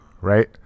Right